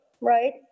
Right